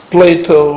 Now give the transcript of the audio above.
Plato